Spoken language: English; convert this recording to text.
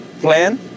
plan